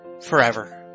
forever